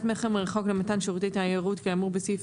מכר מרחוק למתן שירותי תיירות כאמור בסעיף